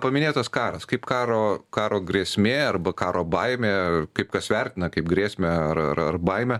paminėtas karas kaip karo karo grėsmė arba karo baimė kaip kas vertina kaip grėsmę ar ar ar baimę